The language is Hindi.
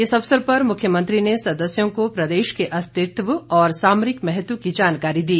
इस अवसर पर मुख्यमंत्री ने सदस्यों को प्रदेश के अस्तित्व और सामरिक महत्व की जानकारी दी